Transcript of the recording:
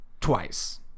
twice